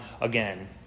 again